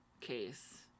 case